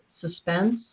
suspense